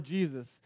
Jesus